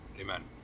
Amen